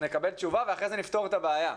נקבל תשובה ואחרי זה נפתור את הבעיה.